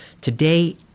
today